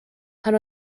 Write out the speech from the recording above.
pan